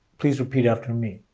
please repeat after me.